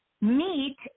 meet